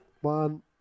One